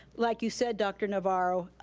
like you said, dr. navarro,